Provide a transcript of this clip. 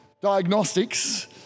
Diagnostics